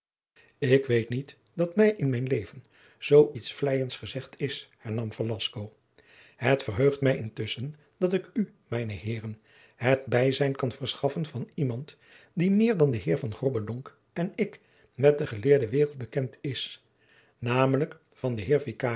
ik weet niet dat mij in mijn leven zoo iets jacob van lennep de pleegzoon vleiends gezegd is hernam velasco het verheugt mij intusschen dat ik u mijne heeren het bijzijn kan verschaffen van iemand die meer dan de heer van grobbendonck en ik met de geleerde waereld bekend is namelijk van den